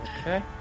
Okay